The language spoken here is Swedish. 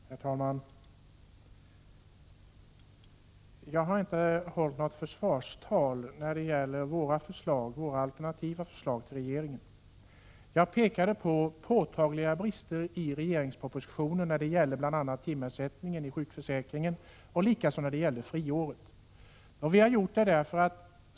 Herr talman! Jag har inte hållit något försvarstal när det gäller våra alternativ till regeringens förslag. Jag framhöll påtagliga brister i regeringspropositionen beträffande timersättningen i sjukförsäkringen, likaså beträffande friåret.